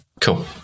cool